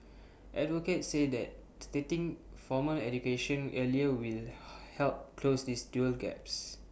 advocates say that starting formal education earlier will help close these dual gaps